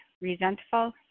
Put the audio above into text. resentful